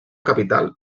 capital